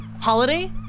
holiday